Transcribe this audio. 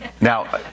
Now